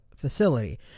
facility